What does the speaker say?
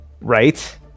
right